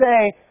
say